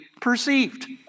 perceived